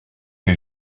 que